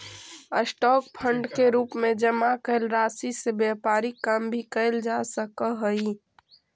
stock fund के रूप में जमा कैल राशि से व्यापारिक काम भी कैल जा सकऽ हई